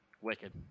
Wicked